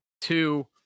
two